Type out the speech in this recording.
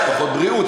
יש פחות בריאות,